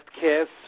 Kiss